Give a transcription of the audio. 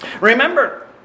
Remember